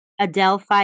Adelphi